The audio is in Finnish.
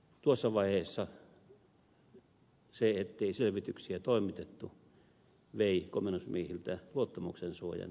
tuossa vaiheessa se ettei selvityksiä toimitettu vei komennusmiehiltä luottamuksensuojan